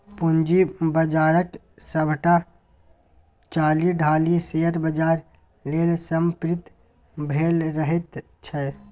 पूंजी बाजारक सभटा चालि ढालि शेयर बाजार लेल समर्पित भेल रहैत छै